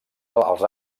als